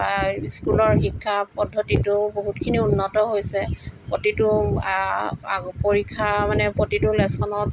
বা স্কুলৰ শিক্ষা পদ্ধতিটো বহুতখিনি উন্নত হৈছে প্ৰতিটো পৰীক্ষা মানে প্ৰতিটো লেচনত